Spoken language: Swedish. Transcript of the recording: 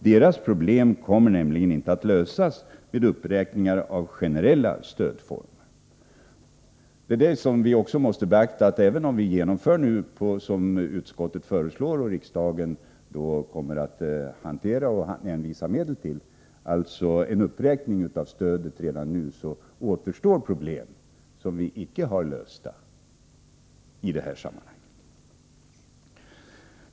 Deras problem kommer nämligen inte att lösas med uppräkningar av generella stödformer. Även om vi genomför, som utskottet föreslår, en uppräkning av stödet redan nu, ett förslag som riksdagen därefter får hantera, återstår i sammanhanget olösta problem.